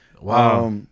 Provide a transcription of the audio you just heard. Wow